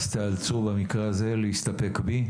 אז במקרה הזה תאלצו להסתפק בי.